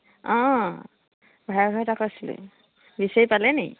অঁ ভাড়া ঘৰ এটা কৈছিলোঁ বিচাৰি পালেনি